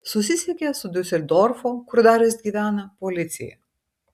susisiekė su diuseldorfo kur darius gyvena policija